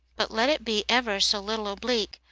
but let it be ever so little oblique,